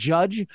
Judge